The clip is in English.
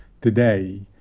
Today